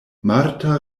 marta